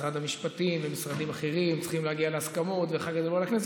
משרד המשפטים ומשרדים אחרים צריכים להגיע להסכמות ואחר כך לבוא לכנסת,